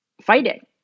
fighting